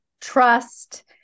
trust